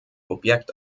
objekt